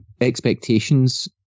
expectations